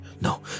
No